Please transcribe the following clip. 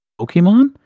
pokemon